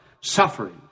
suffering